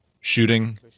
Shooting